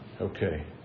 Okay